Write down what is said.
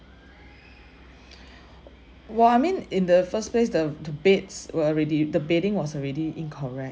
well I mean in the first place the the beds were already the bedding was already incorrect